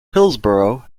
hillsborough